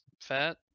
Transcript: fat